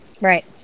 Right